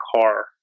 car